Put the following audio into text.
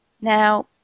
Now